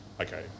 okay